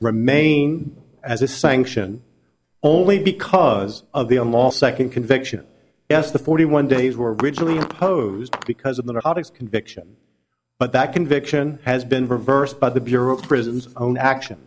remain as a sanction only because of the on last second conviction yes the forty one days were originally opposed because of the conviction but that conviction has been reversed by the bureau of prisons own action